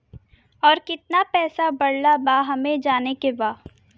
और कितना पैसा बढ़ल बा हमे जाने के बा?